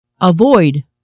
avoid